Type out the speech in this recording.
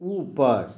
ऊपर